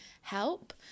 help